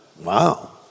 Wow